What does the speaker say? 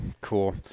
cool